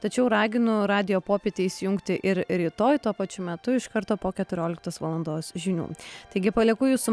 tačiau raginu radijo popietę įsijungti ir rytoj tuo pačiu metu iš karto po keturioliktos valandos žinių taigi palieku jus su